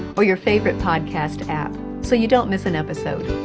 or your favorite podcast app so you don't miss an episode.